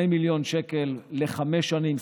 2 מיליון שקל לחמש שנים,